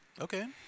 Okay